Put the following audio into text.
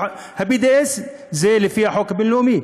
וה-BDS הוא לפי החוק הבין-לאומי,